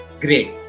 great